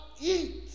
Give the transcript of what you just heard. eat